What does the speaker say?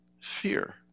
Fear